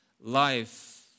life